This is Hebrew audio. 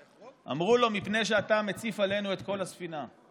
אמרו לו: מפני שאתה מציף עלינו את כל הספינה.